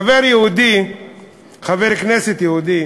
חבר כנסת יהודי